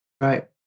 Right